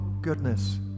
goodness